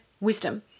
wisdom